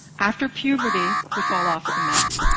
after puberty, we fall off the map.